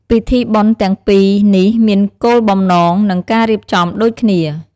ពិធីបុណ្យទាំងពីនេះមានគោលបំណង និងការរៀបចំដូចគ្នា។